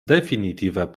definitive